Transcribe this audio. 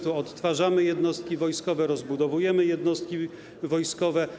Tu odtwarzamy jednostki wojskowe, rozbudowujemy jednostki wojskowe.